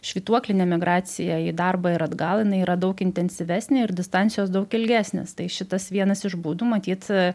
švytuoklinė migracija į darbą ir atgal yra daug intensyvesnė ir distancijos daug ilgesnės tai šitas vienas iš būdų matyt